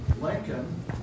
Lincoln